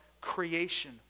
creation